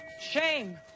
Shame